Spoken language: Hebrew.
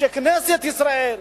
שכנסת ישראל,